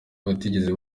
batigeze